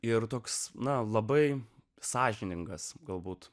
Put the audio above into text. ir toks na labai sąžiningas galbūt